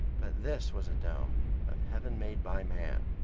but this was a dome of heaven made by man.